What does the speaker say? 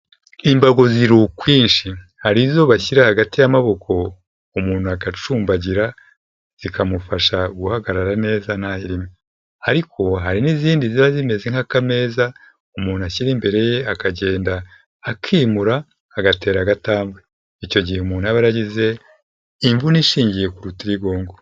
Imbago ziri ukwinshi, hari izo bashyira hagati y'amaboko umuntu agacumbagira zikamufasha guhagarara neza ntahirime ariko hari n'izindi ziba zimeze nk'akameza umuntu ashyira imbere ye akagenda akimura agatera agatabwe, icyo gihe umuntu aba yaragize imvune ishingiye ku rutirigungo.